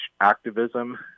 activism